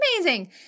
amazing